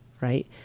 Right